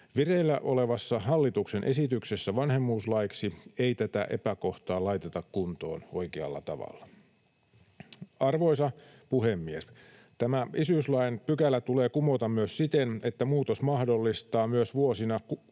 Vireillä olevassa hallituksen esityksessä vanhemmuuslaiksi ei tätä epäkohtaa laiteta kuntoon oikealla tavalla. Arvoisa puhemies! Tämä isyyslain pykälä myös tulee kumota siten, että muutos mahdollistaa myös vuosina